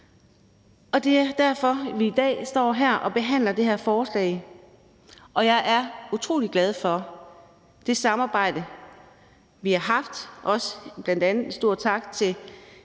Og det er derfor, at vi i dag står her og behandler det her forslag. Og jeg er utrolig glad for det samarbejde, vi har haft. Jeg vil sige en stor tak til